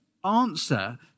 answer